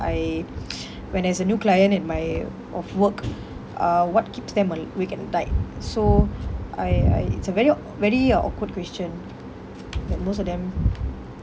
I when there's a new client in my of work uh what keeps them al~ wake at night so I I it's a very aw~ very a awkward question that most of them